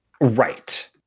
Right